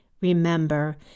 Remember